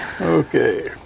Okay